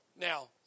now